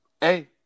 hey